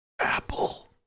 Apple